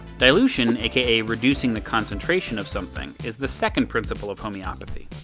dilution, aka reducing the concentration of something, is the second principle of homeopathy.